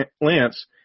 Lance